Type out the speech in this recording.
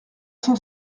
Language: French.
cent